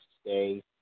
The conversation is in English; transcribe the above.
stay